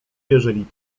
jeżeli